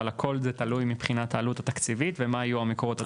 אבל הכול זה תלוי מבחינת העלות התקציבית ומה יהיו המקורות התקציביים.